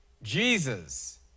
Jesus